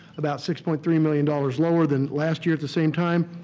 about six point three million dollars lower than last year at the same time.